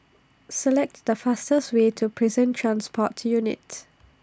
selects The fastest Way to Prison Transport Units